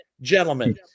gentlemen